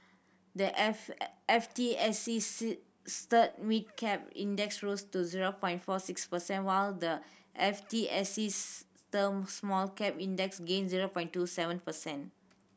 the F T S E Mid Cap Index rose to zero by four six percent while the F T S E Small Cap Index gained zero by two seven percent